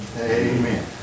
Amen